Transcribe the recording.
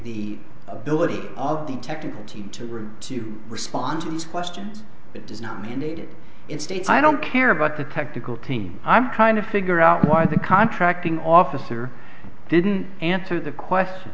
the ability of the technical team to room to respond to this question but does not mandate it it states i don't care about the technical team i'm trying to figure out why the contracting officer didn't answer the question